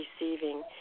receiving